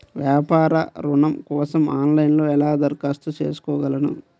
వ్యాపార ఋణం కోసం ఆన్లైన్లో ఎలా దరఖాస్తు చేసుకోగలను?